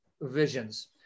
visions